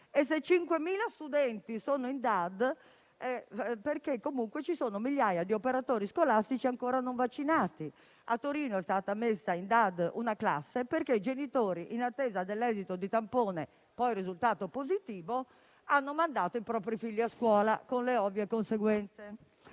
e, se 5.000 studenti sono in DAD, è perché comunque ci sono migliaia di operatori scolastici ancora non vaccinati. A Torino è stata messa in DAD una classe perché i genitori, in attesa dell'esito di tampone, poi risultato positivo, hanno mandato i propri figli a scuola, con le ovvie conseguenze.